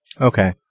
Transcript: Okay